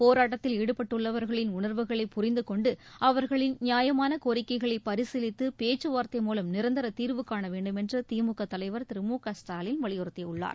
போராட்டத்தில் ஈடுபட்டுள்ளவர்களின் உணர்வுகளை புரிந்து கொண்டு அவர்களின் நியாயமான கோரிக்கைகளை பரிசீலித்து பேச்சுவார்த்தை மூலம் நிரந்தர தீர்வு காண வேண்டுமென்று திமுக தலைவர் திரு மு க ஸ்டாலின் வலியுறுத்தியுள்ளார்